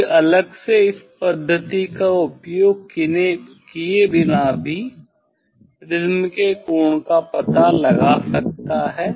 कोई अलग से इस पद्धति का उपयोग किए बिना भी प्रिज्म के कोण का पता लगा सकता है